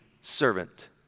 servant